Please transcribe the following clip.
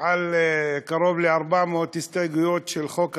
על קרוב ל-400 הסתייגויות לחוק ההסדרה,